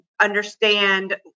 understand